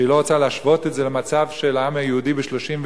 שהיא לא רוצה להשוות את זה למצב של העם היהודי ב-1938.